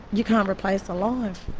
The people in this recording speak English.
you can't replace a life.